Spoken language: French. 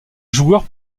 joueur